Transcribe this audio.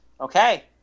Okay